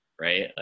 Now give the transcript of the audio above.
Right